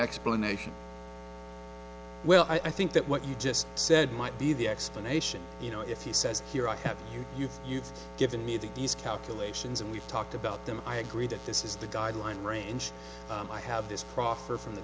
explanation well i think that what you just said might be the explanation you know if he says here i have you you've you've given me these calculations and we've talked about them i agree that this is the guideline range i have this proffer from the